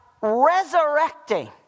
resurrecting